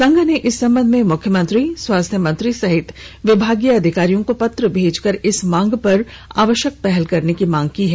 संघ ने इस संबंध में मुख्यमंत्री स्वास्थ्य मंत्री सहित विभागीय अधिकारियों को पत्र भेजकर इस मांग पर आवश्यक पहल करने की मांग की है